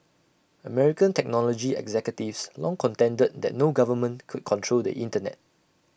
American technology executives long contended that no government could control the Internet